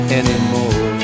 anymore